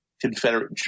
Confederate –